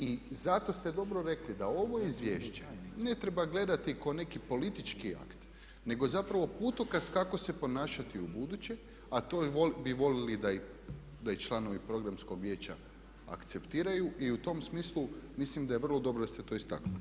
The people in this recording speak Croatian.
I zato ste dobro rekli da ovo izvješće ne treba gledati kao neki politički akt nego zapravo putokaz kako se ponašati ubuduće a to bi voljeli da i članovi Programskog vijeća akceptiraju i u tom smislu mislim da je vrlo dobro da ste to istaknuli.